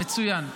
מצוין.